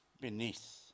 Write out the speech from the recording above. beneath